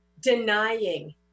denying